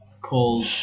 called